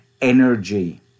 energy